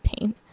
pain